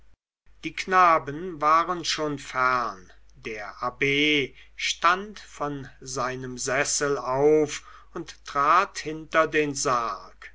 die knaben waren schon fern der abb stand von seinem sessel auf und trat hinter den sarg